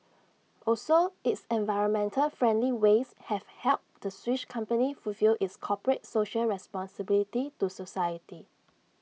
also its environmental friendly ways have helped the Swiss company fulfil its corporate social responsibility to society